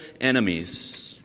enemies